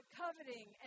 coveting